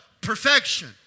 perfection